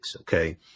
Okay